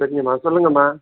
சரிங்கம்மா சொல்லுங்கம்மா